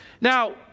Now